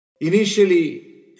Initially